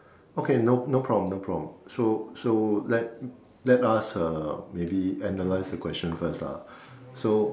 okay no no problem no problem so so let let us uh maybe analyze the questions first ah so